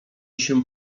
się